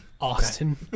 Austin